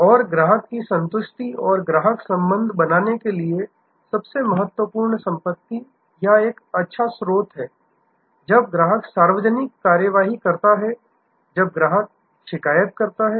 और ग्राहक की संतुष्टि और ग्राहक संबंध बनाने के लिए सबसे महत्वपूर्ण संपत्ति या एक अच्छा स्रोत है जब ग्राहक सार्वजनिक कार्रवाई करता है जब ग्राहक शिकायत करता है